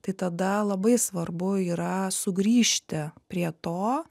tai tada labai svarbu yra sugrįžti prie to